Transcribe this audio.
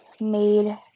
made